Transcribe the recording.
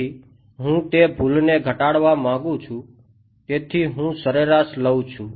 તેથી હું તે ભૂલને ઘટાડવા માંગું છું તેથી હું સરેરાશ લઉં છું